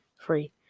Free